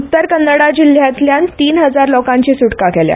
उत्तर कन्नडा जिल्ल्यांतल्यान तीन हजार लोकांची सुटका केल्या